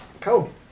Cool